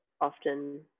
often